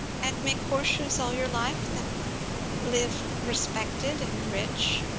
and make horseshoes all your life, than live, respected, and rich.